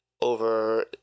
over